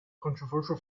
controversial